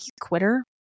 quitter